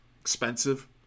expensive